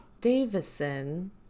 Davison